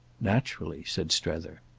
naturally, said strether.